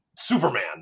Superman